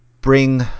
bring